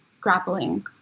grappling